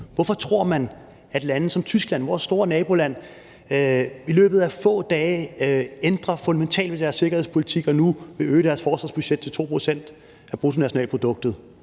Hvorfor tror man, at lande som Tyskland – vores store naboland – i løbet af få dage ændrer fundamentalt ved sin sikkerhedspolitik og nu vil øge sit forsvarsbudget til 2 pct. af bruttonationalproduktet?